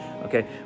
okay